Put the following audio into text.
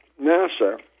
NASA